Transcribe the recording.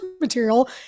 material